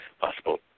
possible